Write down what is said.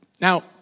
Now